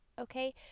okay